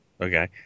Okay